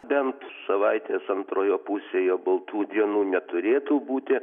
bent savaitės antroje pusėje baltų dienų neturėtų būti